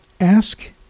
ask